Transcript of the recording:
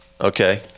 Okay